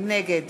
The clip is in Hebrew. נגד